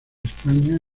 españa